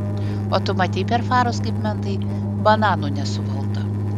o tu matei per farus kaip mentai bananų nesuvaldo